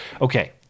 Okay